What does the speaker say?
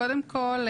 קודם כל,